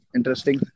Interesting